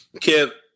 Kip